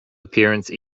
appearance